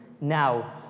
Now